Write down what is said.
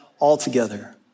altogether